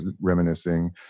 reminiscing